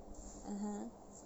mmhmm